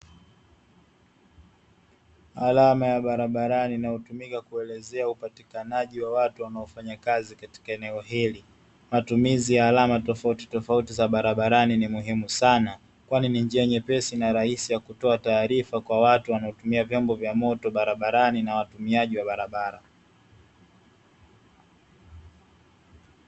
Alama ya barabarani inayotumika kuelezea upatikanaji wa watu wanaofanya kazi katika eneo hili, matumizi ya alama tofautitofauti za barabarani ni muhimu sana, kwani ni njia nyepesi na rahisi ya kutoa taarifa kwa watu wanaotumia vyombo vya moto barabarani na watumiaji wa barabara.